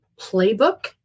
playbook